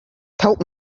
help